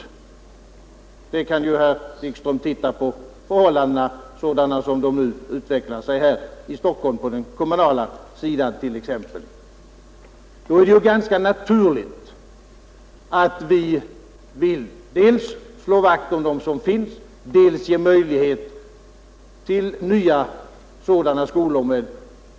Herr Wikström kan ju titta t.ex. på förhållandena sådana de nu utvecklar sig här i Stockholm på den kommunala sidan. Då är det ganska naturligt att vi vill dels slå vakt om de enskilda skolor som finns, dels ge möjlighet till nya sådana skolor med